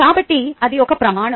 కాబట్టి అది ఒక ప్రమాణం